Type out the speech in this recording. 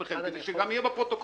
כדי שזה יופיע גם בפרוטוקול.